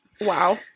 wow